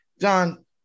John